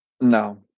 No